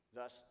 Thus